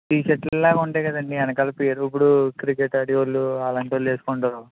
tea షర్ట్ల్లాగా ఉంటాయి కదండీ వెనకాల పేరు ఇప్పుడు క్రికెట్ ఆడే వాళ్ళు అలాంటి వాళ్ళు వేసుకుంటారు